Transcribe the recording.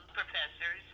professors